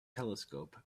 telescope